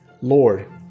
Lord